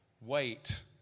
Wait